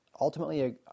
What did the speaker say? ultimately